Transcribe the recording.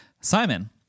Simon